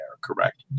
correct